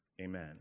Amen